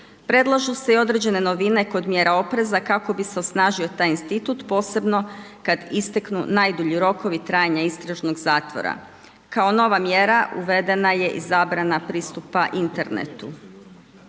Predlažu se i određene novine kod mjera opreza kako bi se osnažio taj institut posebno kad isteknu najdulji rokovi trajanja istražnog zatvora. Kao nova mjera uvedena je i zabrana pristupa internetu.